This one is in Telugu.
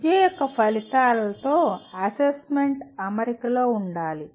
విద్య యొక్క ఫలితాలతో అసెస్మెంట్ అమరికలో ఉండాలి